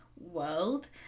world